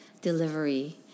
delivery